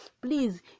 Please